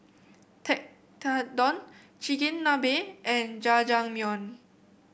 Tekkadon Chigenabe and Jajangmyeon